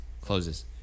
closes